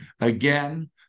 again